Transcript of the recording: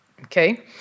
Okay